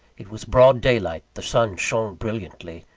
it was broad daylight. the sun shone brilliantly,